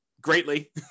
greatly